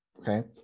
Okay